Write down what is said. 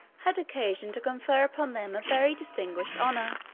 had occasion to confer upon them a very distinguished honor.